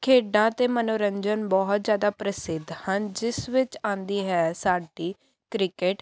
ਖੇਡਾਂ ਅਤੇ ਮਨੋਰੰਜਨ ਬਹੁਤ ਜ਼ਿਆਦਾ ਪ੍ਰਸਿੱਧ ਹਨ ਜਿਸ ਵਿੱਚ ਆਉਂਦੀ ਹੈ ਸਾਡੀ ਕ੍ਰਿਕਟ